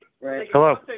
Hello